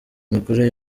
imikurire